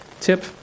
tip